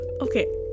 Okay